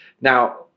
Now